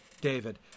David